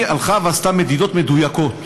היא הלכה ועשתה מדידות מדויקות